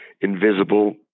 invisible